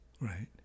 right